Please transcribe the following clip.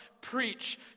preach